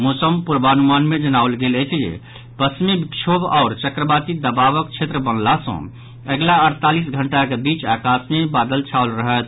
मौसम पूर्वानुमान मे जनाओल गेल अछि जे पश्चिमी विक्षोभ आओर चक्रवाती दबावक क्षेत्र वनला सँ अगिला अड़तालीस घंटाक बीच आकाश मे बादल छाओल रहत